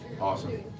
Awesome